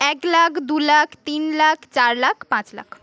এক লাখ দু লাখ তিন লাখ চার লাখ পাঁচ লাখ